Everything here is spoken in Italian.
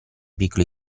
piccoli